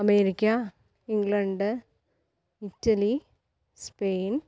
America England Italy Spain